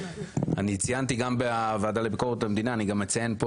אני ציינתי גם בוועדה לביקורת המדינה אני גם אציין פה,